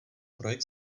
projekt